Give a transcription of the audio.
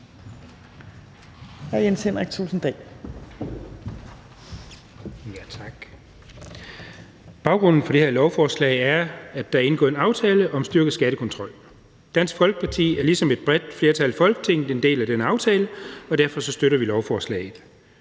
Baggrunden for det her lovforslag er, at der er indgået en aftale om en styrket skattekontrol. Dansk Folkeparti er ligesom et bredt flertal i Folketinget en del af den aftale, og derfor støtter vi lovforslaget.